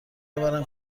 آورم